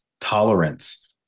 tolerance